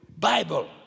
Bible